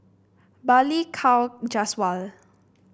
Balli Kaur Jaswal